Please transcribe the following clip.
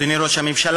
אדוני ראש הממשלה,